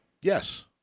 Yes